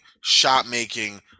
shot-making